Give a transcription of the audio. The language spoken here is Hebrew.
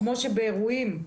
כמו ששואלים באירועים.